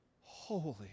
holy